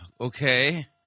Okay